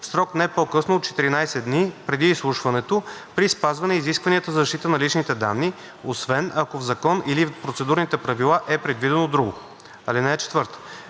срок не по-късно от 14 дни преди изслушването при спазване изискванията за защита на личните данни, освен ако в закон или в процедурните правила е предвидено друго. (4)